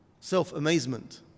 self-amazement